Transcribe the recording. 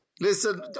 listen